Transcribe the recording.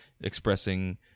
expressing